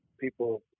people